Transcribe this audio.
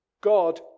God